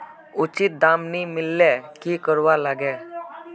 उचित दाम नि मिलले की करवार लगे?